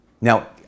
Now